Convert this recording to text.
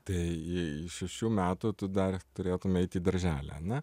tai jei šešių metų tu dar turėtum eiti į darželį ane